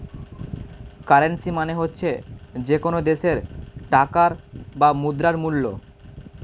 currency মানে হচ্ছে যে কোনো দেশের টাকার বা মুদ্রার মূল্য